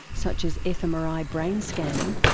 such as fmri brain scanning,